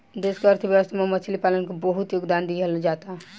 देश के अर्थव्यवस्था में मछली पालन के बहुत योगदान दीहल जाता